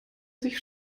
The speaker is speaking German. sich